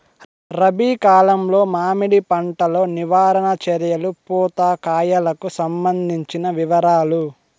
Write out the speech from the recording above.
రబి కాలంలో మామిడి పంట లో నివారణ చర్యలు పూత కాయలకు సంబంధించిన వివరాలు?